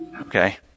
Okay